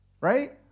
right